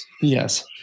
Yes